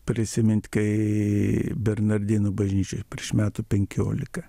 prisimint kai bernardinų bažnyčioj prieš metų penkiolika